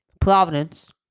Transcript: Providence